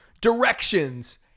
directions